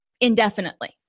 indefinitely